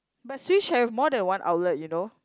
but Switch have more than one outlet you know